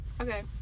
Okay